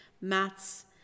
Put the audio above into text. maths